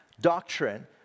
doctrine